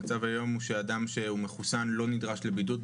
המצב היום הוא שאדם שהוא מחוסן לא נדרש לבידוד,